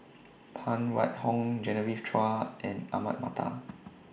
Phan Wait Hong Genevieve Chua and Ahmad Mattar